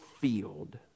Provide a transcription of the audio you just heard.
field